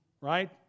Right